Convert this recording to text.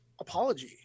apology